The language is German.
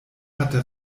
hatte